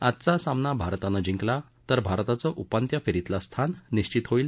आजचा सामना भारतानं जिंकला तर भारताचं उपांत्य फेरीतलं स्थान निश्वित होईल